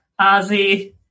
Ozzy